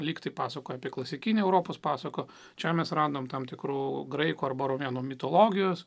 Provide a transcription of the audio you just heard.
lyg tai pasakoja apie klasikinį europos pasako čia mes randam tam tikrų graikų arba romėnų mitologijos